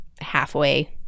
halfway